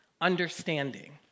understanding